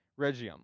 Regium